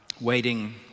Waiting